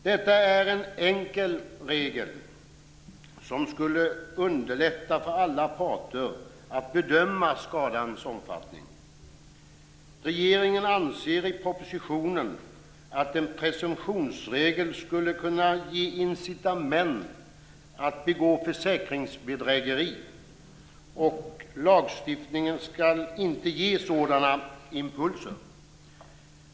Detta är en enkel regel som skulle underlätta för alla parter att bedöma skadans omfattning. Regeringen anser i propositionen att en presumtionsregel skulle kunna ge incitament att begå försäkringsbedrägeri, och lagstiftningen skall inte ge sådana impulser.